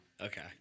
Okay